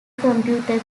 computer